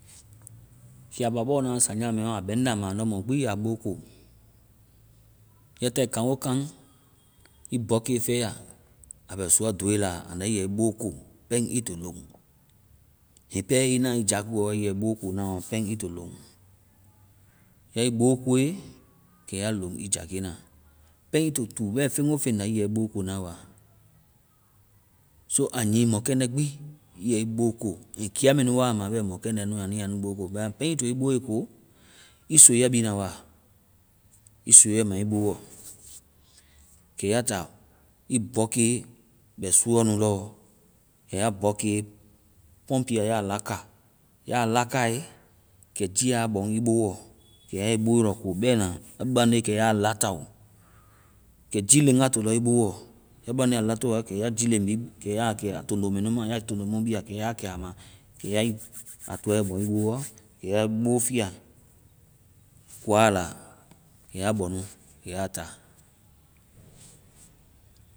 Kia ba bɔ na saŋja mɛɔ, a bɛŋda ma, andɔ mɔ gbi ya bo ko. Ya tae kaŋgokaŋ, ii bɔke fɛya a bɛ suɔ dooe la. Andɔ ii yɛ ii bo ko pɛŋ ii to loŋ. Hiŋi pɛ ii na ii jakuɔ waa, ii yɛ ii bo ko pɛŋ ii to loŋ. Ya ii bo koe, kɛ ya loŋ i jakena. Pɛŋ ii to tuu bɛ feŋgofeŋ la, ii yɛ ii bo ko na wa. So a nyii mɔkɛndɛ gbi ii yɛ ii bo ko. Kiia mɛ nu wa ma bɛ mɔkɛndɛ nu anu ya nu bo ko. Bɛma pɛŋ ii to ii boe ko, ii soiɛ bi na wa. Ii soiɛ ma ii boɔ. Kɛ ya ta. Bɔke bɛ suɔ nu lɔ kɛ ya bɔke-pɔŋpiiɛ ya laka. Ya lakae, kɛ jiiɛ a bɔŋ ŋ boɔ. Kɛ ya ii bo lɔ ko bɛna. Ya baŋde, kɛ jii len a to lɔ ii boɔ. Ya baŋde a latao a, kɛ ya jii len bi-kɛ ya kɛ a tondo mɛ nu ma. Ya tondo mu bia, kɛ ya kɛ a ma. Kɛ yae-a tɔɛ bɔŋ ii boɔ. Kɛ ya ii bo fia kua la. Kɛ ya bɔ nu. Kɛ ya ta.